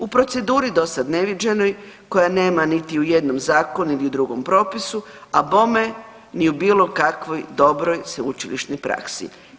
U proceduri do sad neviđenoj koje nema ni u jednom zakonu ili u drugom propisu, a bome ni u bilo kakvoj dobroj sveučilišnoj praksi.